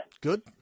Good